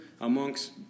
amongst